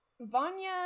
Vanya